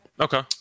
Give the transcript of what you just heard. Okay